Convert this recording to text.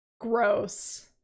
Gross